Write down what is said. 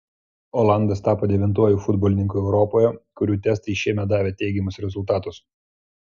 olandas tapo devintuoju futbolininku europoje kurių testai šiemet davė teigiamus rezultatus